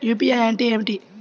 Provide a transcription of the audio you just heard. UPI అంటే ఏమిటీ?